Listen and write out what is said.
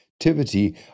activity